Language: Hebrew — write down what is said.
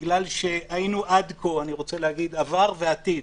אני רוצה להגיד עבר ועתיד